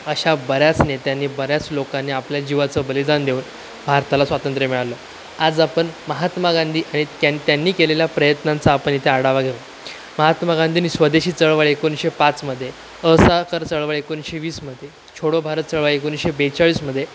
अशा बऱ्याच नेत्यांनी बऱ्याच लोकांनी आपल्या जीवाचं बलिदान देऊन भारताला स्वातंत्र्य मिळालं आज आपण महात्मा गांधी आणि त्या त्यांनी केलेल्या प्रयत्नांचा आपण इथे आढावा घेऊ महात्मा गांधीनी स्वदेशी चळवळ एकोणीसशे पाचमध्ये असहकार चळवळ एकोणीसशे वीसमध्ये छोडो भारत चळवळ एकोणीसशे बेचाळीसमध्ये